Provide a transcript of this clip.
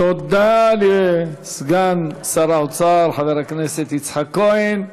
תודה לסגן שר האוצר חבר הכנסת יצחק כהן.